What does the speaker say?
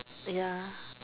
ya